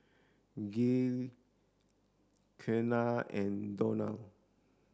Gael Keanna and Donell